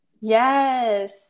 yes